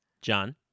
John